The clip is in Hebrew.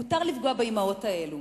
מותר לפגוע באמהות האלה,